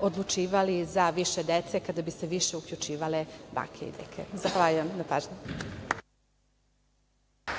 odlučivali za više dece kada bi se više uključivale bake i deke. Zahvaljujem na pažnji.